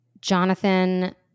Jonathan